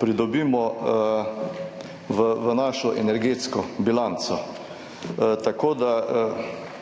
pridobimo v naši energetski bilanci. Ko sem